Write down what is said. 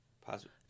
positive